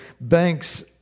banks